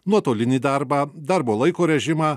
nuotolinį darbą darbo laiko režimą